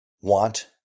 want